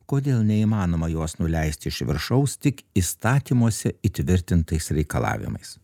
kodėl neįmanoma jos nuleisti iš viršaus tik įstatymuose įtvirtintais reikalavimais